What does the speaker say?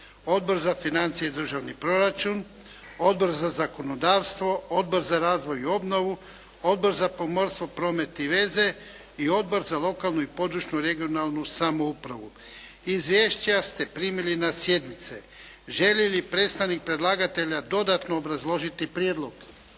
Odbor za financije i državni proračun, Odbor za zakonodavstvo, Odbor za razvoj i obnovu, Odbor za pomorstvo, promet i veze i Odbor za lokalnu i područnu (regionalnu) samoupravu. Izvješća ste primili na sjednice. Želi li predstavnik predlagatelja dodatno obrazložiti prijedlog?